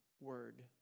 word